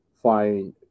find